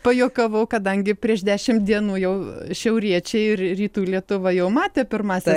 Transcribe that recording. pajuokavau kadangi prieš dešimt dienų jau šiauriečiai ir rytų lietuva jau matė pirmąsias